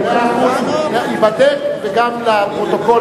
תודה רבה, רבותי.